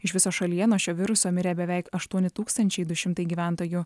iš viso šalyje nuo šio viruso mirė beveik aštuoni tūkstančiai du šimtai gyventojų